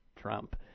Trump